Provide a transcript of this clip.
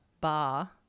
bar